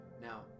Now